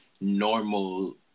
normal